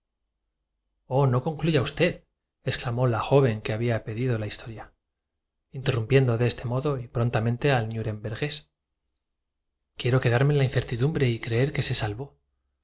no concluya usted exclamó la joven que había pedido la qué dices taillefer replicóle el banquero atajándole no te historia interrumpiendo de este modo y prontamente al nurember nías a tu cargo el abastecimiento de víveres en la campaña de wagram gués quiero quedarme en la incertidumbre y creer que se salvó